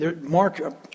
Mark